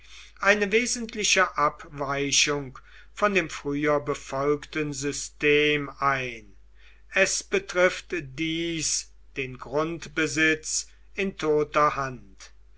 eine wesentliche abweichung von dem früher befolgten system ein es betrifft dies den grundbesitz in toter hand